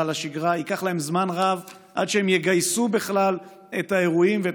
לשגרה ייקח להם זמן רב עד שהם יגייסו בכלל את האירועים ואת